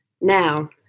Now